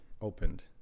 opened